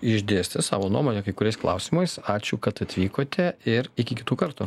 išdėstė savo nuomonę kai kuriais klausimais ačiū kad atvykote ir iki kitų kartų